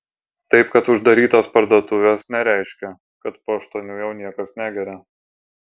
taip kad uždarytos parduotuvės nereiškia kad po aštuonių jau niekas negeria